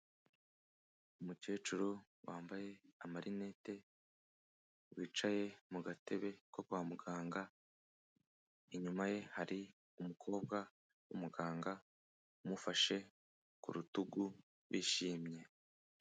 Umukecuru wambaye amarinete, wicaye mu gatebe ko kwa muganga, inyuma ye hari umukobwa w'umuganga umufashe ku rutugu bishimye.